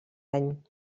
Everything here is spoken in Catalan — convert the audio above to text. any